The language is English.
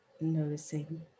Noticing